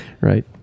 Right